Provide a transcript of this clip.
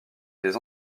des